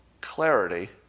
clarity